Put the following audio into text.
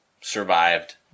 survived